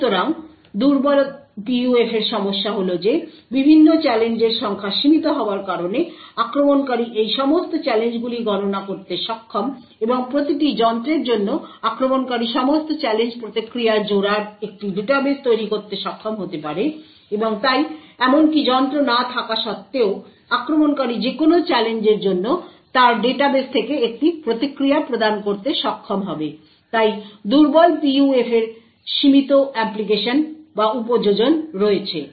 সুতরাং দুর্বল PUF এর সমস্যা হল যে বিভিন্ন চ্যালেঞ্জের সংখ্যা সীমিত হওয়ার কারণে আক্রমণকারী এই সমস্ত চ্যালেঞ্জগুলি গণনা করতে সক্ষম এবং প্রতিটি যন্ত্রের জন্য আক্রমণকারী সমস্ত চ্যালেঞ্জ প্রতিক্রিয়া জোড়ার একটি ডাটাবেস তৈরি করতে সক্ষম হতে পারে এবং তাই এমনকি যন্ত্র না থাকা সত্ত্বেও আক্রমণকারী যেকোন চ্যালেঞ্জের জন্য তার ডাটাবেস থেকে একটি প্রতিক্রিয়া প্রদান করতে সক্ষম হবে তাই দুর্বল PUF এর সীমিত অ্যাপ্লিকেশন রয়েছে